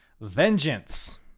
vengeance